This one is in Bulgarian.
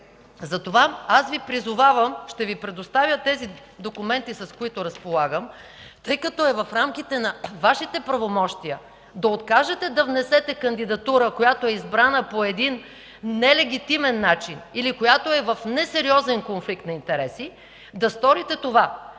Затова аз Ви призовавам – ще Ви предоставя тези документи, с които разполагам, тъй като е в рамките на Вашите правомощия да откажете да внесете кандидатура, която е избрана по един нелегитимен начин или която е в несериозен конфликт на интереси, да сторите това.